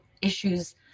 issues